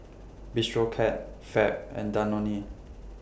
Bistro Cat Fab and Danone